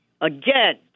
Again